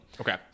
Okay